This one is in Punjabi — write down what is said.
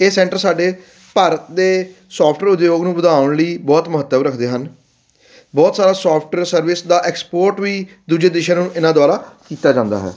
ਇਹ ਸੈਂਟਰ ਸਾਡੇ ਭਾਰਤ ਦੇ ਸੋਫਟਵੇਰ ਉਦਯੋਗ ਨੂੰ ਵਧਾਉਣ ਲਈ ਬਹੁਤ ਮਹੱਤਵ ਰੱਖਦੇ ਹਨ ਬਹੁਤ ਸਾਰਾ ਸੋਫਟਵਰ ਸਰਵਿਸ ਦਾ ਐਕਸਪੋਰਟ ਵੀ ਦੂਜੇ ਦੇਸ਼ਾਂ ਨੂੰ ਇਹਨਾਂ ਦੁਆਰਾ ਕੀਤਾ ਜਾਂਦਾ ਹੈ